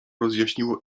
rozjaśniło